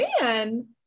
man